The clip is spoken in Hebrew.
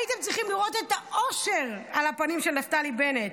הייתם צריכים לראות את האושר של נפתלי בנט.